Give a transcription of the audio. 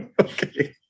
Okay